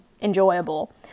enjoyable